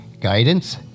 guidance